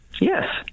Yes